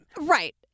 right